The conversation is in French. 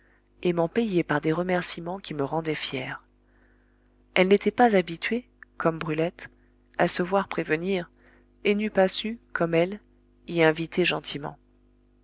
m'en payer par des remercîments qui me rendaient fier elle n'était pas habituée comme brulette à se voir prévenir et n'eût pas su comme elle y inviter gentiment